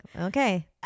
okay